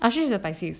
ashey is a pisces